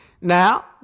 now